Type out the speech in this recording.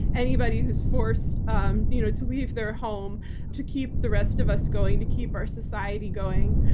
anybody who's forced um you know to leave their home to keep the rest of us going, to keep our society going.